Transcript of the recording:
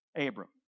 Abram